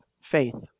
faith